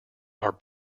are